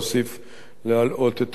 להלאות את המליאה היום.